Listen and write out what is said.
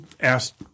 asked